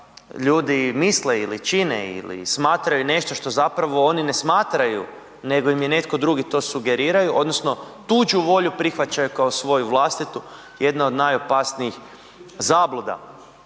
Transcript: ljudi misle ili čine ili smatraju nešto što zapravo oni ne smatraju nego im je netko drugi to sugerirao odnosno tuđu volju prihvaćaju kao svoju vlastitu, jedna od najopasnijih zabluda.